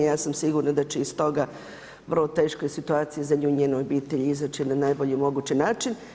Ja sam sigurna da će iz toga vrlo teškoj situaciji za nju i njenu obitelj izaći na najbolji mogući način.